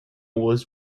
was